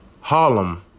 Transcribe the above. Harlem